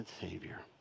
Savior